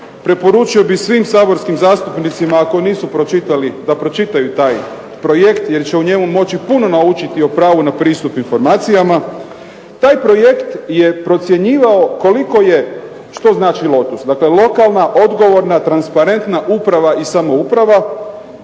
Preporučio bih svim saborskim zastupnicima ako nisu pročitali da pročitaju taj projekt jer će u njemu moći puno naučiti o pravu na pristup informacijama. Taj projekt je procjenjivao koliko je, što znači LOTUS dakle lokalna, odgovorna, transparenta uprava i samouprava